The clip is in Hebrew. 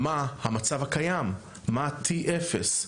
מה המצב הקיים מה ה-T=0,